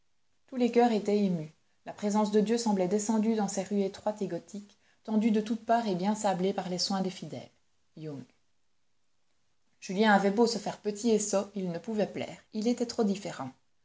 tous les coeurs étaient émus la présence de dieu semblait descendue dans ces rues étroites et gothiques tendues de toutes parts et bien sablées par les soins des fidèles young julien avait beau se faire petit et sot il ne pouvait plaire il était trop différent